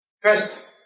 First